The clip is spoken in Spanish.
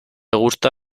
gusta